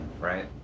right